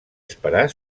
esperar